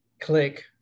Click